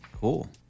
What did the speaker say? Cool